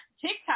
TikTok